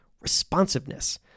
Responsiveness